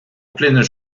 pleine